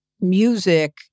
music